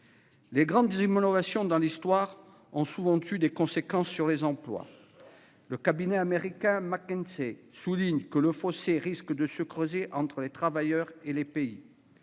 les grandes innovations ont souvent eu des conséquences sur les emplois. Le cabinet américain McKinsey souligne que le fossé risque de se creuser entre les travailleurs et entre les pays.